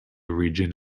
region